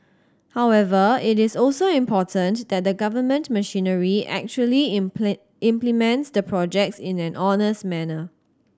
however it is also important that the government machinery actually implements the projects in an honest manner